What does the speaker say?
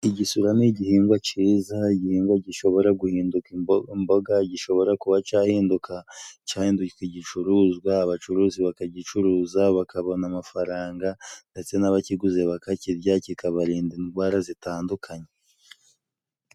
Igisura ni igihingwa ciza. Igihingwa gishobora guhinduka imboga, gishobora kuba cahinduka, cahinduka igicuruzwa, abacuruzi bakagicuruza bakabona amafaranga, ndetse n'abakiguze bakakirya kikabarinda indwara zitandukanye.